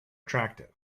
attractive